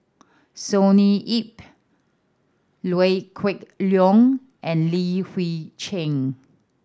Sonny Yap Liew Geok Leong and Li Hui Cheng